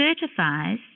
certifies